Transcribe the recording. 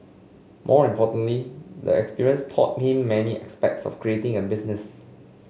more importantly the experience taught him many aspects of creating a business